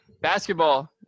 basketball